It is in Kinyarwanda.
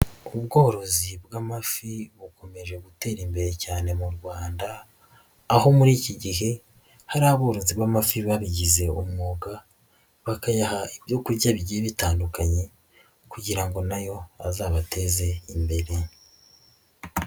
Ubworozi bw'amafi bukomeje gutera imbere cyane mu Rwanda, aho muri iki gihe hari aborozi b'amafi babigize umwuga bakayaha ibyo kurya bigiye bitandukanye kugira ngo nayo azabateze imbere.